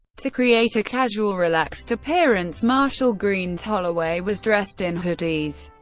to create a casual, relaxed appearance, marshall-green's holloway was dressed in hoodies,